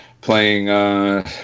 playing